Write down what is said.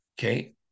okay